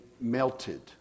melted